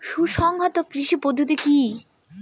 সুসংহত কৃষি পদ্ধতি কি?